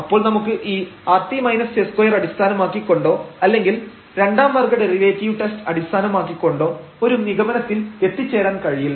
അപ്പോൾ നമുക്ക് ഈ rt s2 അടിസ്ഥാനമാക്കി കൊണ്ടോ അല്ലെങ്കിൽ രണ്ടാം വർഗ്ഗ ഡെറിവേറ്റീവ് ടെസ്റ്റ് അടിസ്ഥാനമാക്കി കൊണ്ടോ ഒരു നിഗമനത്തിൽ എത്തിച്ചേരാൻ കഴിയില്ല